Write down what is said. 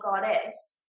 goddess